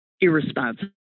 irresponsible